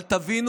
אבל תבינו,